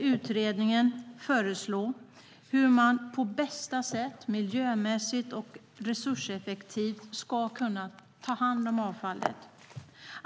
Utredningen ska föreslå hur man på bästa sätt, miljömässigt och resurseffektivt, ska kunna ta hand om avfallet.